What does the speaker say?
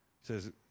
says